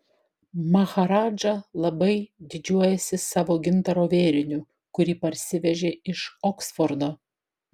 maharadža labai didžiuojasi savo gintaro vėriniu kurį parsivežė iš oksfordo